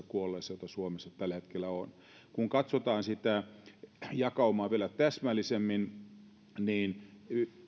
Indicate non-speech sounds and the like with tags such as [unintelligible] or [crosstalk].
[unintelligible] kuolleessa jotka suomessa tällä hetkellä on kun katsotaan sitä jakaumaa vielä täsmällisemmin niin